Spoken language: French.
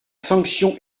sanction